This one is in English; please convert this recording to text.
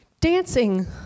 dancing